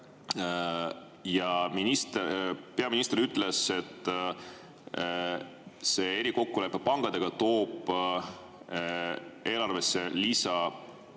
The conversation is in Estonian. Peaminister ütles, et see erikokkulepe pankadega toob eelarvesse lisaraha